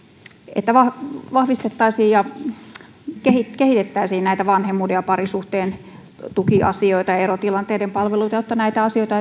että vahvistettaisiin ja kehitettäisiin vanhemmuuden ja parisuhteen tukiasioita ja erotilanteiden palveluita jotta näitä asioita